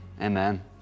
Amen